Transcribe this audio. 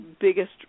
biggest